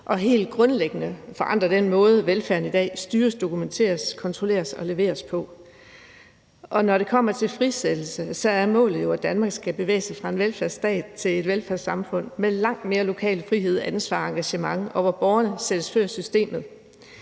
og helt grundlæggende forandre den måde, velfærden i dag styres, dokumenteres, kontrolleres og leveres på. Når det kommer til frisættelse, er målet jo, at Danmark skal bevæge sig fra en velfærdsstat til et velfærdssamfund med langt mere lokal frihed, ansvar og engagement, hvor borgerne sættes før systemet.